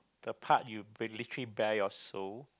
the part you literally bare your soul